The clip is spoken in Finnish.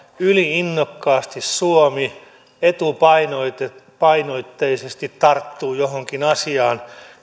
yli innokkaasti suomi etupainotteisesti etupainotteisesti tarttuu johonkin asiaan